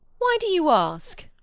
why do you ask?